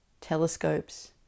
telescopes